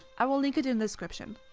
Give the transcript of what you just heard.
i will link it in the description.